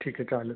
ठीक आहे चालंल